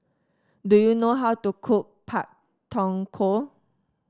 do you know how to cook Pak Thong Ko